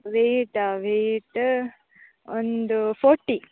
ವೇಟಾ weight ಒಂದು forty